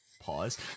Pause